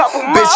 Bitch